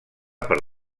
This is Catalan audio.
per